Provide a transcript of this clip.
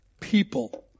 people